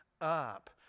up